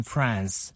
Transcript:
France